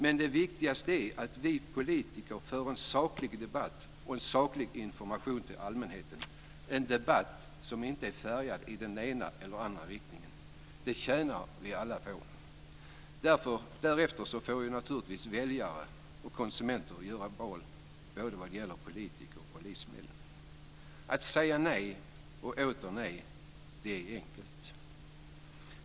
Men det viktigaste är att vi politiker för en saklig debatt och lämnar en saklig information till allmänheten - en debatt som inte är färgad i ena eller andra riktningen. Det tjänar vi alla på. Därefter får naturligtvis väljare och konsumenter göra sina val när det gäller både politiker och livsmedel. Att säga nej och åter nej är enkelt.